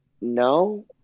No